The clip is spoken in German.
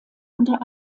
unter